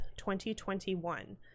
2021